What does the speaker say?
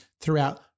throughout